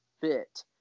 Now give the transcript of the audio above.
fit